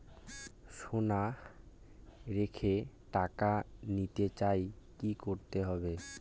সোনা রেখে টাকা নিতে চাই কি করতে হবে?